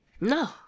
No